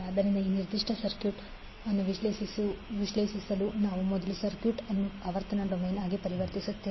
ಆದ್ದರಿಂದ ಈ ನಿರ್ದಿಷ್ಟ ಸರ್ಕ್ಯೂಟ್ ಅನ್ನು ವಿಶ್ಲೇಷಿಸಲು ನಾವು ಮೊದಲು ಸರ್ಕ್ಯೂಟ್ ಅನ್ನು ಆವರ್ತನ ಡೊಮೇನ್ ಆಗಿ ಪರಿವರ್ತಿಸುತ್ತೇವೆ